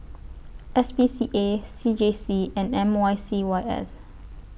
S P C A C J C and M Y C Y S